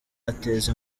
ateza